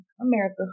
America